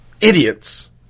idiots